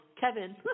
Kevin